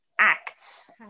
acts